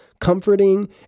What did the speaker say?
comforting